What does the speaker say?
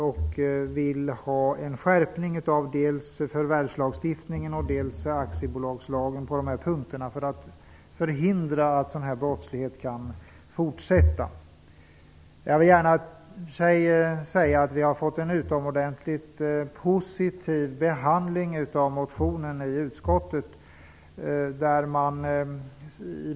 Vi vill ha en skärpning av dels förvärvslagstiftningen, dels aktiebolagslagen på de här punkterna för att hindra sådan här brottslighet från att fortsätta. Vi har fått en utomordentligt positiv behandling av motionen i utskottet.